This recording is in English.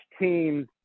teams